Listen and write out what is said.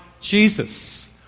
Jesus